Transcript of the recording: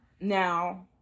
now